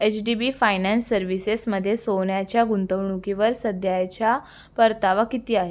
H D B finance सर्व्हिसेसमध्ये सोन्याच्या गुंतवणुकीवर सध्याच्या परतावा किती आहे